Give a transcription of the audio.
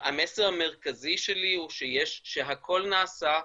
המסר המרכזי שלי הוא שהכול נעשה,